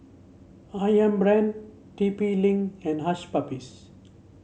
ayam Brand T P Link and Hush Puppies